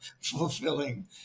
fulfilling